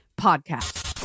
Podcast